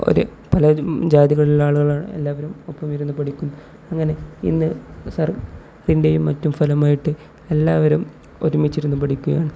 O തെ പല ജാതികളിലുള്ള ആളുകളാണ് എല്ലാവരും ഒപ്പം ഇരുന്നു പഠിക്കുന്നു അങ്ങനെ ഇന്ന് സാറിൻ്റെയും മറ്റും ഫലമായിട്ട് എല്ലാവരും ഒരുമിച്ചിരുന്നു പഠിക്കുകയാണ്